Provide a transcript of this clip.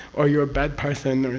or you're a bad person,